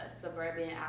suburban